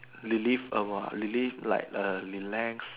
relive about relive like a relax